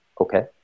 okay